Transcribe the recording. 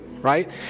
right